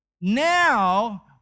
Now